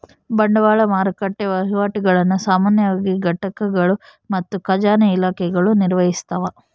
ಬಂಡವಾಳ ಮಾರುಕಟ್ಟೆ ವಹಿವಾಟುಗುಳ್ನ ಸಾಮಾನ್ಯವಾಗಿ ಘಟಕಗಳು ಮತ್ತು ಖಜಾನೆ ಇಲಾಖೆಗಳು ನಿರ್ವಹಿಸ್ತವ